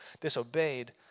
disobeyed